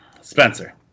Spencer